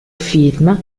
film